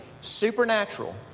supernatural